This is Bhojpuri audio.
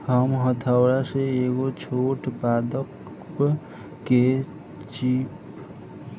हम हथौड़ा से एगो छोट पादप के चिपचिपी पॉइंट पर वार कैनी त उ पीले आउर नम हो गईल